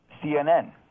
CNN